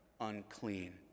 unclean